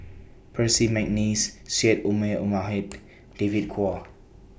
Percy Mcneice Syed Omar David Kwo